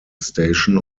station